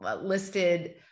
listed